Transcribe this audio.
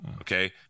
okay